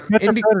Indy